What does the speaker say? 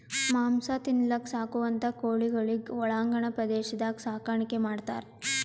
ಮಾಂಸ ತಿನಲಕ್ಕ್ ಸಾಕುವಂಥಾ ಕೋಳಿಗೊಳಿಗ್ ಒಳಾಂಗಣ ಪ್ರದೇಶದಾಗ್ ಸಾಕಾಣಿಕೆ ಮಾಡ್ತಾರ್